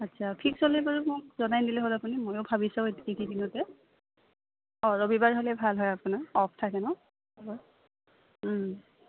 আচ্ছা ফিক্স হ'লে বাৰু মোক জনাই দিলে হ'ল আপুনি মইও দিনতে অঁ ৰবিবাৰ হ'লে ভাল হয় আপোনাৰ অফ থাকে ন